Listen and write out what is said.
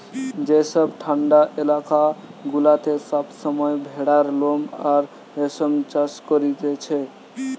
যেসব ঠান্ডা এলাকা গুলাতে সব সময় ভেড়ার লোম আর রেশম চাষ করতিছে